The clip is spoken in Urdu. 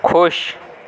خوش